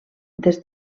des